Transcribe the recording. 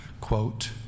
quote